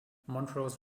montrose